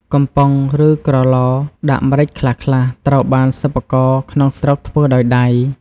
កំប៉ុង ឬ ក្រឡដាក់ម្រេចខ្លះៗ ត្រូវបានសិប្បករក្នុងស្រុកធ្វើដោយដៃ។